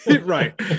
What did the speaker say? right